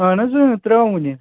اَہَن حظ ترٛاو وُنۍ اَسہِ